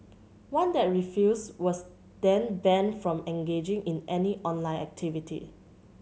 one that refused was then banned from engaging in any online activity